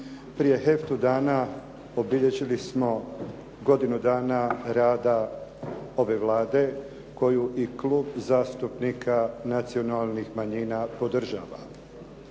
razumije./… dana obilježili smo godinu dana rada ove Vlade koju i Klub zastupnika nacionalnih manjina podržava.